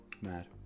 Mad